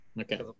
Okay